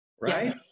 right